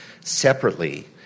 separately